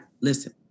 listen